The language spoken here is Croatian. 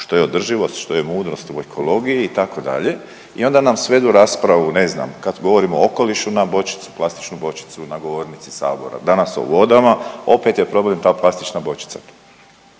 što je održivost, što je mudrost u ekologiji itd. I onda nam svedu raspravu ne znam kad govorimo o okolišu na bočicu, na plastičnu bočicu na govornici Sabora. Danas o vodama, opet je problem ta plastična bočica